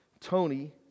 Tony